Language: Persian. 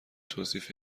توصیف